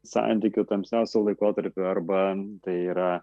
santykių tamsiausio laikotarpio arba tai yra